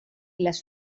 les